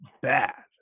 bad